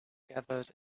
gathered